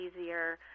easier